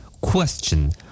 Question